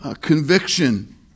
conviction